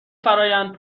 فرایند